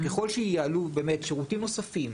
ככל שיעלו שירותים נוספים